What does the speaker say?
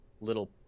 little